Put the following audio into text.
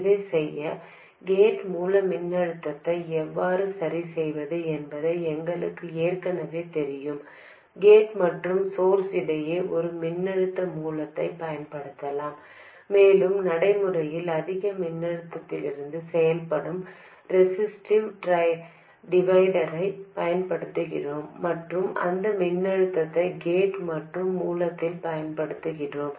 இதை செய்ய கேட் மூல மின்னழுத்தத்தை எவ்வாறு சரிசெய்வது என்பது எங்களுக்கு ஏற்கனவே தெரியும் கேட் மற்றும் சோர்ஸ் இடையே ஒரு மின்னழுத்த மூலத்தைப் பயன்படுத்தலாம் மேலும் நடைமுறையில் அதிக மின்னழுத்தத்திலிருந்து செயல்படும் ரெசிஸ்டிவ் டிவைடரைப் பயன்படுத்துகிறோம் மற்றும் அந்த மின்னழுத்தத்தை கேட் மற்றும் மூலத்தில் பயன்படுத்துகிறோம்